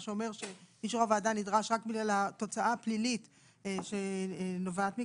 מה שאומר שאישור הוועדה נדרש רק בגלל התוצאה הפלילית שנובעת מכך.